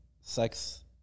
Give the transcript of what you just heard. sex